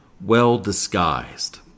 well-disguised